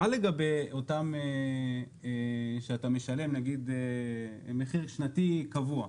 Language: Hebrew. מה לגבי אותם שאתה משלם נגיד מחיר שנתי קבוע?